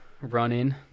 running